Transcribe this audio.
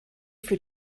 für